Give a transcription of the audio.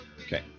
Okay